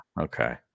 okay